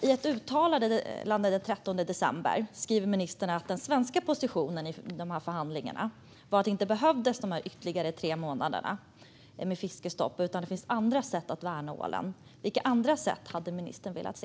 I ett uttalande den 13 december sa ministern att den svenska positionen i förhandlingarna var att det inte behövdes ytterligare tre månader av fiskestopp utan att det finns andra sätt att värna ålen. Vilka andra sätt hade ministern velat se?